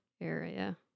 area